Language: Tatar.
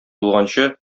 булганчы